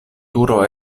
turo